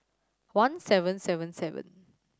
one seven seven seven